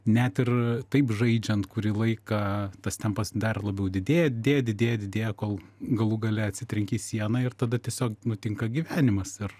net ir taip žaidžiant kurį laiką tas tempas dar labiau didėja didėja didėja didėja kol galų gale atsitrenki į sieną ir tada tiesiog nutinka gyvenimas ir